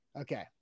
Okay